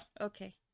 Okay